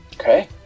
Okay